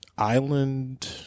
island